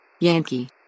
Yankee